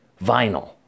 Vinyl